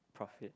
profit